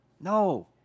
No